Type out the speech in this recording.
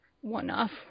one-off